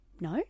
no